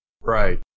Right